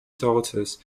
daughters